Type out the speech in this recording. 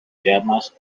llamas